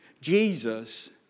Jesus